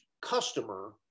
customer